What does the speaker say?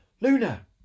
Luna